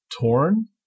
torn